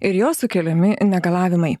ir jo sukeliami negalavimai